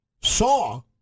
saw